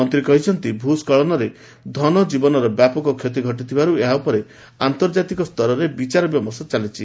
ମନ୍ତ୍ରୀ କହିଛନ୍ତି ଭୂସ୍କଳନରେ ଧନ ଜୀବନରେ ବ୍ୟାପକ କ୍ଷତି ଘଟୁଥିବାରୁ ଏହା ଉପରେ ଆନ୍ତର୍ଜାତିକ ସ୍ତରରେ ବିଚାର ବିମର୍ଶ ଚାଲିଛି